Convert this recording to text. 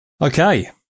Okay